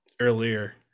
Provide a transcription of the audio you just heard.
earlier